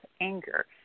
anger